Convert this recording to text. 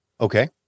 Okay